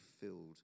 filled